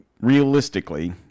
realistically